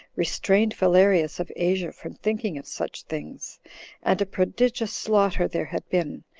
restrained valerius of asia from thinking of such things and a prodigious slaughter there had been,